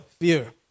fear